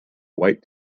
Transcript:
white